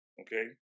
Okay